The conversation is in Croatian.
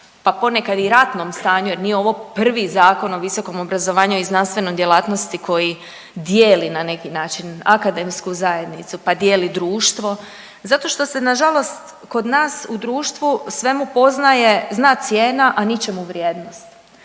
pa ponekad i ratnom stanju jer nije ovo prvi Zakon o visokom obrazovanju i znanstvenoj djelatnosti koji dijeli na neki način akademsku zajednicu, pa dijeli društvo zato što se nažalost kod nas u društvu svemu poznaje zna cijena, a ničemu vrijednost,